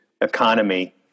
economy